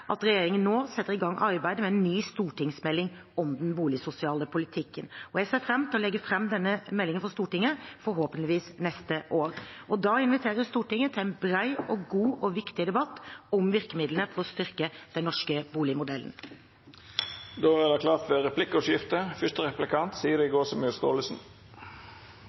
at regjeringen nå setter i gang arbeidet med en ny stortingsmelding om den boligsosiale politikken, og jeg ser fram til å legge fram denne meldingen for Stortinget forhåpentligvis neste år og da invitere Stortinget til en bred og god og viktig debatt om virkemidlene for å styrke den norske boligmodellen. Det vert replikkordskifte. Regjeringen sier stadig at det er et mål at så mange som mulig skal kunne eie egen bolig, men det